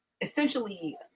essentially